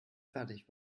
fertig